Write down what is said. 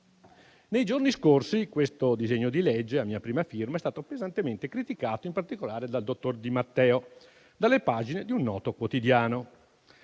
Nei giorni scorsi questo disegno di legge, a mia prima firma, è stato pesantemente criticato, in particolare dal dottor Di Matteo dalle pagine di un noto quotidiano.